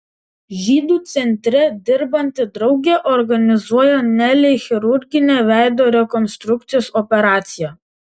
žydų centre dirbanti draugė organizuoja nelei chirurginę veido rekonstrukcijos operaciją